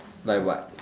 like what